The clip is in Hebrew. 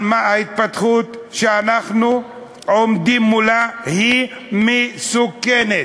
ההתפתחות שאנחנו עומדים מולה היא מסוכנת.